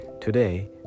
Today